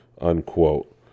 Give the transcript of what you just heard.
Unquote